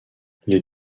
les